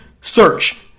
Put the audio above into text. Search